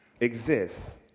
exists